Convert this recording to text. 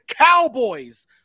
Cowboys